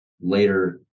later